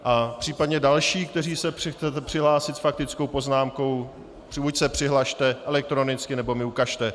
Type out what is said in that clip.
A případně další, kteří se chcete přihlásit s faktickou poznámkou, buď se přihlaste elektronicky, nebo mi ukažte.